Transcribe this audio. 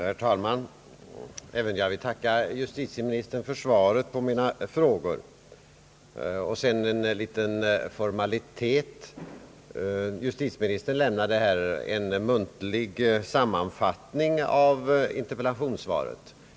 Herr talman! Även jag vill tacka justitieministern för svaret. Innan jag kommenterar detta vill jag uppehålla mig vid en liten formalitet. Justitieministern lämnade en muntlig sammanfattning av interpellationssvaret.